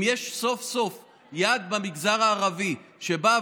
אם יש סוף-סוף יד במגזר הערבי שבאה